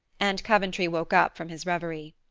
and coventry woke up from his reverie.